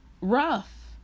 Rough